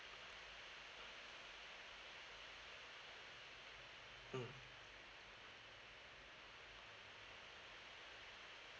mm